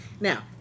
Now